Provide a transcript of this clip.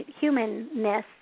humanness